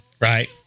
right